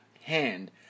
hand